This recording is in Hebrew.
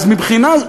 אז מבחינה זו,